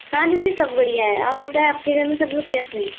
हाँ दीदी सब बढ़िया हैं आप बताएं आप के घर में सब लोग कैसे हैं